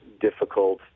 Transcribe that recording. difficult